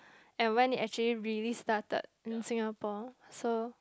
and when it actually really started in Singapore so